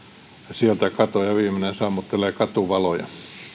sieltä katoavat ja viimeinen sammuttelee katuvaloja